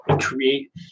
create